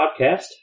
Podcast